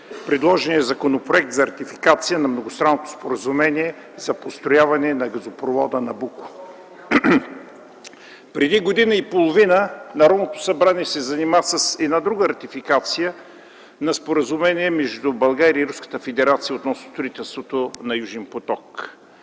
предложения Законопроект за ратификация на многостранното споразумение за построяване на газопровода „Набуко”. Преди година и половина Народното събрание се занима с една друга ратификация – на Споразумение между България и Руската федерация относно строителството на „Южен поток”.